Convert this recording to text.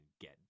get